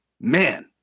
man